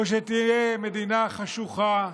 או שתהיה מדינה חשוכה,